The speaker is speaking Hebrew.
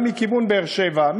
גם מכיוון באר-שבע.